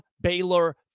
Baylor